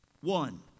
one